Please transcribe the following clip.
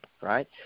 right